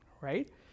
right